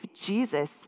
Jesus